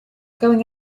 going